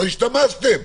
לא השתמשתם,